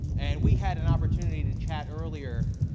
and, we had an opportunity to chat earlier.